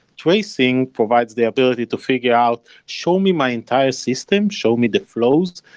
tracing provides the ability to figure out, show me my entire system, show me the flows,